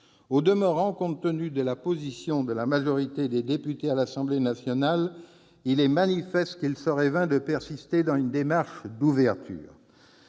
Au demeurant, compte tenu de la position de la majorité des députés, il est manifeste qu'il serait vain de persister dans une démarche d'ouverture.